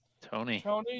Tony